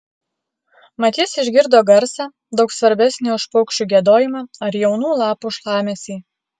mat jis išgirdo garsą daug svarbesnį už paukščių giedojimą ar jaunų lapų šlamesį